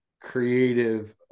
creative